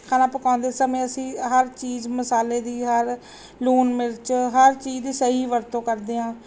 ਖਾਣਾ ਪਕਾਉਂਦੇ ਸਮੇਂ ਅਸੀਂ ਹਰ ਚੀਜ਼ ਮਸਾਲੇ ਦੀ ਹਰ ਲੂਣ ਮਿਰਚ ਹਰ ਚੀਜ਼ ਦੀ ਸਹੀ ਵਰਤੋਂ ਕਰਦੇ ਹਾਂ